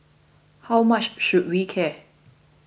how much should we care